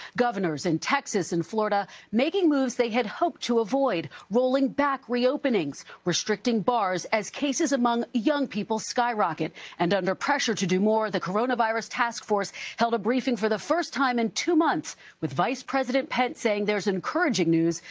governors in texas and florida making moves they had hoped to avoid, rolling back reopenings, restricting bars as cases among young people skyrocket and under pressure to do more, the coronavirus task force held a briefing for the first time in two months with vice president pence saying there encouraging news,